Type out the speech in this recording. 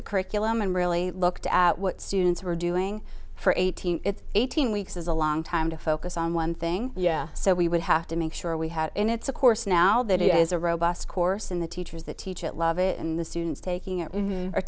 the curriculum and really looked at what students were doing for eighteen eighteen weeks is a long time to focus on one thing yeah so we would have to make sure we had in its a course now that is a robust course and the teachers that teach it love it and the students taking it